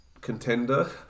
Contender